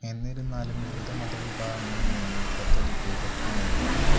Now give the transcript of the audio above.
എന്നിരുന്നാലും വിവിധ മതവിഭാഗങ്ങളിൽ നിന്ന് ഈ പദ്ധതിക്ക് എതിർപ്പ് നേരിട്ടു